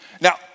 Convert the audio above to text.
Now